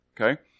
okay